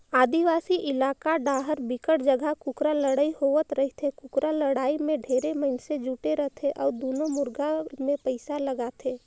आदिवासी इलाका डाहर बिकट जघा कुकरा लड़ई होवत रहिथे, कुकरा लड़ाई में ढेरे मइनसे जुटे रथे अउ दूनों मुरगा मे पइसा लगाथे